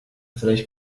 vielleicht